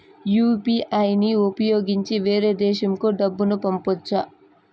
UPI ని ఉపయోగించి వేరే దేశంకు డబ్బును పంపొచ్చా?